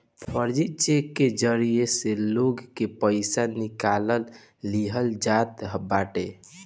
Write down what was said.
फर्जी चेक के जरिया से लोग के पईसा निकाल लिहल जात बाटे